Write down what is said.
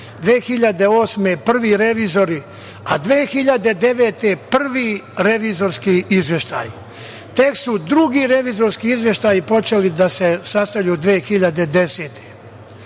godine prvi revizori, a 2009. godine je prvi revizorski izveštaj. Tek su drugi revizorski izveštaji počeli da se sastavljaju 2010.